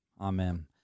Amen